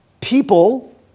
people